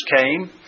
came